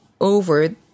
over